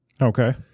Okay